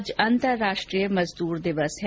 आज अन्तर्राष्ट्रीय मजदूर दिवस है